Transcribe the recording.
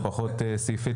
גם פחות סעיפי